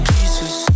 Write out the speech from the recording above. Jesus